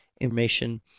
information